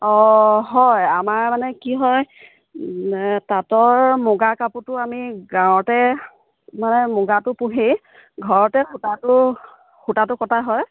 অঁ হয় আমাৰ মানে কি হয় তাঁতৰ মুগাৰ কাপোৰটো আমি গাঁৱতে মানে মুগাটো পোহেই ঘৰতে সূতাটো সূতাটো কটা হয়